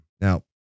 Now